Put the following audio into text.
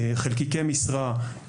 חלקיקי משרה,